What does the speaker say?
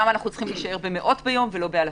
למה אנחנו אנו צריכים להישאר במאות ביום ולא באלפים.